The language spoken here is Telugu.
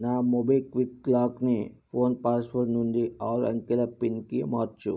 నా మోబిక్విక్ లాక్ని ఫోన్ పాస్వర్డ్ నుండి ఆరు అంకెల పిన్కి మార్చు